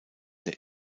der